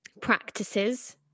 practices